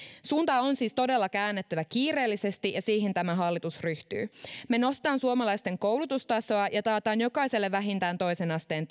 suuntaa on siis todella käännettävä kiireellisesti ja siihen tämä hallitus ryhtyy me nostamme suomalaisten koulutustasoa ja takaamme jokaiselle vähintään toisen asteen